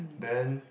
then